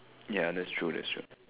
ya that's true that's true